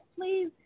please